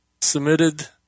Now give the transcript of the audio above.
submitted